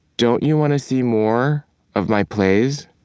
don't you want to see more of my plays?